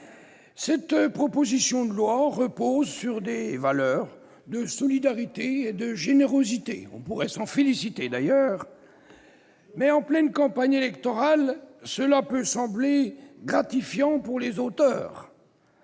cette proposition de loi repose sur des valeurs de solidarité et de générosité. On peut s'en féliciter, mais, en pleine campagne électorale, cela peut aussi sembler gratifiant pour ses auteurs